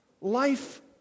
life